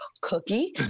cookie